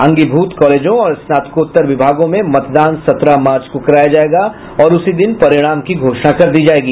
अंगभूत कॉलेजों और स्नातकोत्तर विभागों में मतदान सत्रह मार्च को कराया जायेगा और उसी दिन परिणाम की घोषणा कर दी जायेगी